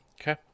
Okay